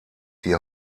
die